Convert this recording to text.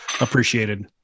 appreciated